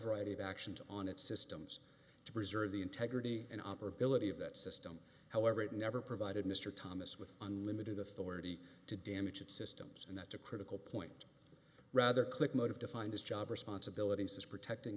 variety of actions on its systems to preserve the integrity and operability of that system however it never provided mr thomas with unlimited authority to damage its systems and that's a critical point rather click motive defined as job responsibilities as protecting